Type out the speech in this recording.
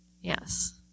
Yes